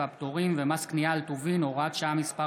והפטורים ומס קנייה על טובין (הוראת שעה מס'